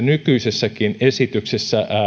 nykyisessäkin esityksessä